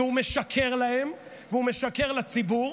והוא משקר להם והוא משקר לציבור,